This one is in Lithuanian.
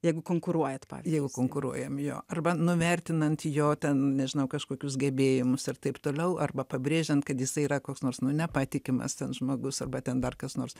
jeigu konkuruojat pavyzdžiui jeigu konkuruojam jo arba nuvertinant jo ten nežinau kažkokius gebėjimus ir taip toliau arba pabrėžiant kad jisai yra koks nors nu nepatikimas ten žmogus arba ten dar kas nors